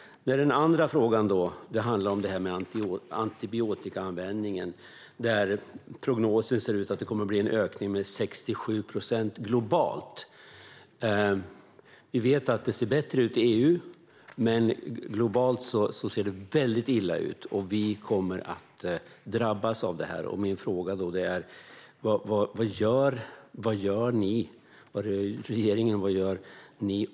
Den andra frågan handlar om antibiotikaanvändningen, där prognosen visar att det kommer att bli en ökning med 67 procent globalt. Vi vet att det ser bättre ut i EU, men globalt ser det väldigt illa ut. Vi kommer att drabbas av detta. Min fråga är: Vad gör ni och regeringen åt detta problem?